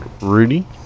Rudy